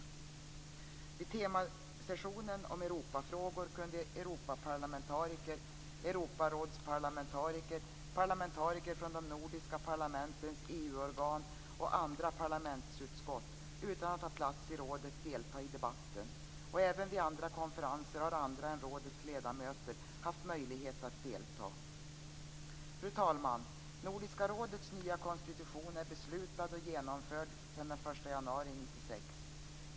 Vid temasessionen om Europafrågor kunde organ och andra parlamentsutskott utan att ha plats i rådet delta i debatten. Även vid andra konferenser har andra än rådets ledamöter haft möjlighet att delta. Fru talman! Nordiska rådets nya konstitution är beslutad och genomförd sedan den 1 januari 1996.